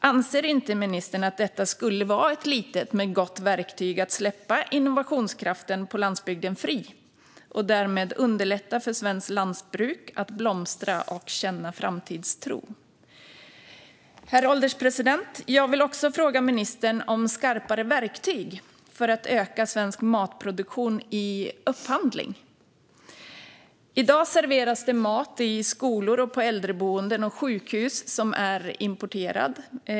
Anser inte ministern att detta skulle vara ett litet men gott verktyg för att släppa innovationskraften på landsbygden fri och därmed underlätta för svenskt lantbruk att blomstra och känna framtidstro? Herr ålderspresident! Jag vill också fråga ministern om skarpare verktyg för att öka svensk matproduktion i upphandling. I dag serveras det mat i skolor, på äldreboenden och på sjukhus som är importerad.